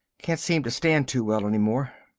can't seem to stand too well any more.